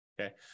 Okay